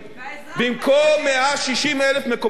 במקום 160,000 מקומות עבודה,